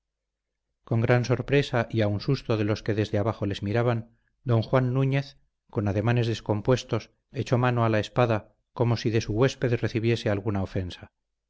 con gran sorpresa y aun susto de los que desde abajo les miraban don juan núñez con ademanes descompuestos echó mano a la espada como si de su huésped recibiese alguna ofensa